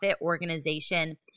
organization